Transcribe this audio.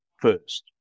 first